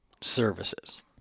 services